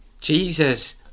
Jesus